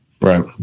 Right